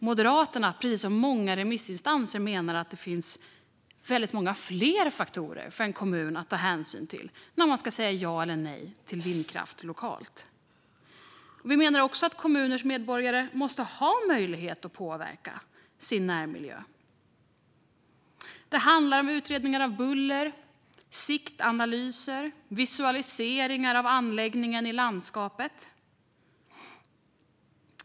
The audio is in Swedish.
Moderaterna menar precis som många remissinstanser att det finns väldigt många fler faktorer för en kommun att ta hänsyn till när man ska säga ja eller nej till vindkraft lokalt. Vi menar också att kommuners medborgare måste ha möjlighet att påverka sin närmiljö. Det handlar om utredningar av buller, siktanalyser och visualiseringar av anläggningen i landskapet.